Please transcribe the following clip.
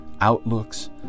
outlooks